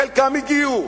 חלקם הגיעו,